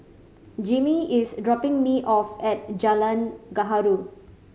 Jimmy is dropping me off at Jalan Gaharu